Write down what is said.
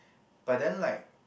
but then like